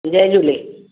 जय झूले